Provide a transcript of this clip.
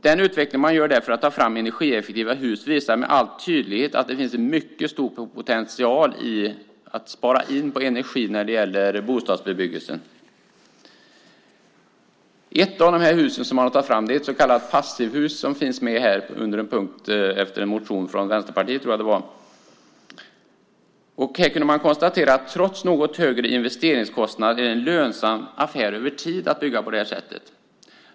Den utveckling som sker där för att ta fram energieffektiva hus visar med all tydlighet att det finns en mycket stor potential att spara energi när det gäller bostadsbebyggelsen. Ett av de hus som man har tagit fram är ett så kallat passivhus, som finns med under en punkt i en reservation från Vänsterpartiet. Här kunde man konstatera att det trots något högre investeringskostnader är en lönsam affär över tid att bygga på det sättet.